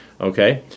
Okay